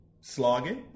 slogging